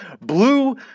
blue